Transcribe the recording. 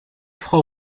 frau